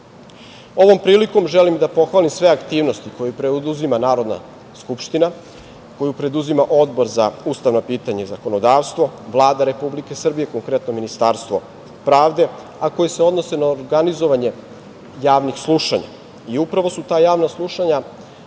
akti. Ovom prilikom želim da pohvalim sve aktivnosti koje preduzima Narodna skupština, koju preduzima Odbor za ustavna pitanja i zakonodavstvo, Vlada Republike Srbije, konkretno Ministarstvo pravde, a koji se odnose na organizovanje javnih slušanja. I upravo su ta javna slušanja